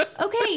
Okay